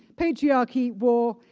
patriarchy, war,